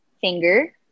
Finger